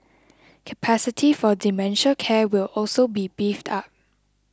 capacity for dementia care will also be beefed up